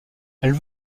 elle